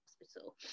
hospital